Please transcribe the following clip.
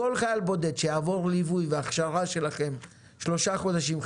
כל חייל בודד שיעבור ליווי והכשרה שלכם שלושה חודשים,